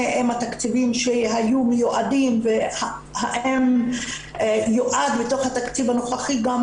עם התקציבים שהיו מיועדים והאם יועד בתוך התקציב הנוכחי גם